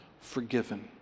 forgiven